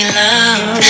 love